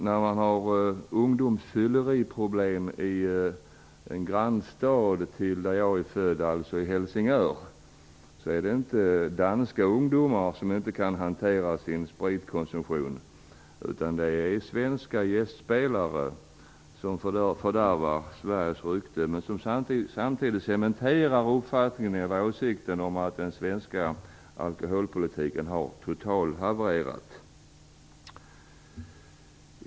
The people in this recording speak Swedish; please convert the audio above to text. När man har ungdomsfylleriproblem i en grannstad till min födelsestad, alltså i Helsingör, är det inte danska ungdomar som inte kan hantera sin spritkonsumtion utan det är svenska gästspelare som fördärvar Sveriges rykte men som samtidigt cementerar åsikten att den svenska alkoholpolitiken har totalhavererat.